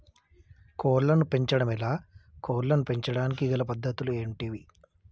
కోళ్లను పెంచడం ఎలా, కోళ్లను పెంచడానికి గల పద్ధతులు ఏంటివి?